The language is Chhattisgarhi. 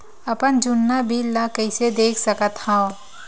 अपन जुन्ना बिल ला कइसे देख सकत हाव?